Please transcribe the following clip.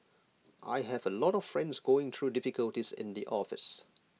I have A lot of friends going through difficulties in the office